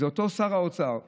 זה אותו שר האוצר שבא,